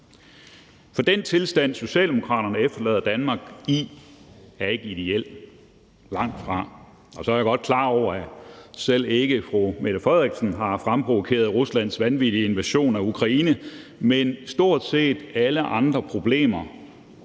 for den tilstand, som Socialdemokraterne efterlader Danmark i, er ikke ideel, langtfra. Så er jeg godt klar over, at selv ikke statsministeren har fremprovokeret Ruslands vanvittige invasion af Ukraine, men stort set alle andre problemer